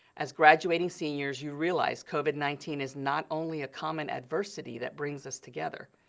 as graduating seniors you realize covid nineteen is not only a common adversity that brings us together.